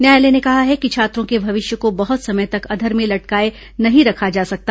न्यायालय ने कहा कि छात्रों के भविष्य को बहुत समय तक अधर में लटकाए नहीं रखा जा सकता